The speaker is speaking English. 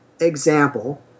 example